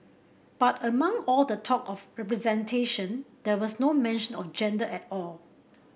but among all the talk of representation there was no mention of gender at all